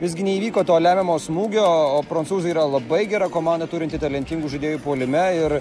visgi neįvyko to lemiamo smūgio o prancūzai yra labai gera komanda turinti talentingų žaidėjų puolime ir